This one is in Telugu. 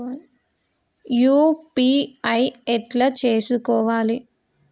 యూ.పీ.ఐ ఎట్లా చేసుకోవాలి?